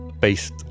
based